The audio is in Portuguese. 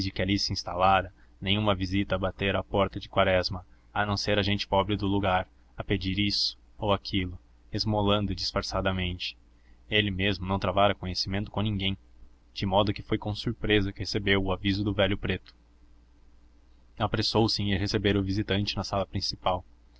que ali se instalara nenhuma visita batera à porta de quaresma a não ser a gente pobre do lugar a pedir isso ou aquilo esmolando disfarçadamente ele mesmo não travara conhecimento com ninguém de modo que foi com surpresa que recebeu o aviso do velho preto apressou-se em ir receber o visitante na sala principal